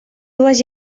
dues